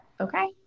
okay